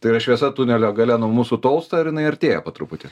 tai yra šviesa tunelio gale nuo mūsų tolsta ir jinai artėja po truputį